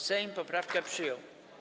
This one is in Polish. Sejm poprawkę przyjął.